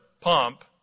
pump